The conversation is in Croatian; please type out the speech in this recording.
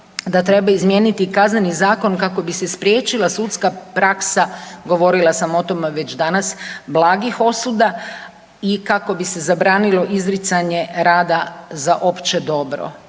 da treba izmijeniti Kazneni zakon kako bi se spriječila sudska praksa, govorila sam o tome već danas, blagih osuda i kako se bi se zabranilo izricanje rada za opće dobro.